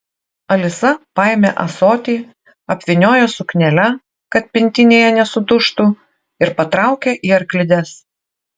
alisa paėmė ąsotį apvyniojo suknele kad pintinėje nesudužtų ir patraukė į arklides